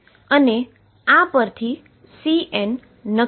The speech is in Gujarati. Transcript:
હવે તે એવું છે જેમ મેં કહ્યું હતું કે વેવ ફંક્શનને નોર્મલાઈઝ બનાવવાનું છે